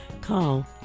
Call